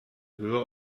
höher